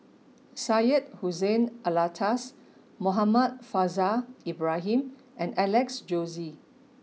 Syed Hussein Alatas Muhammad Faishal Ibrahim and Alex Josey